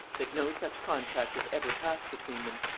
that no such contract had ever passed between them.